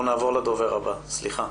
נעבור לדובר הבא, סליחה.